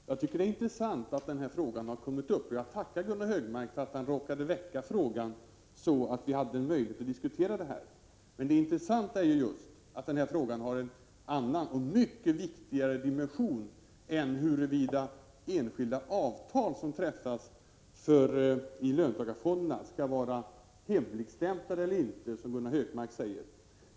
Herr talman! Jag tycker det är intressant att den här frågan har kommit upp, och jag är tacksam för att Gunnar Hökmark råkade väcka frågan, så att vi fick möjlighet att diskutera detta. Det intressanta är just att frågan har en annan och mycket viktigare 67 dimension än huruvida enskilda avtal som träffas av löntagarfonderna skall vara hemligstämplade eller inte, som Gunnar Hökmark säger.